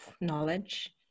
knowledge